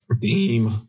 Theme